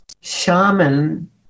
shaman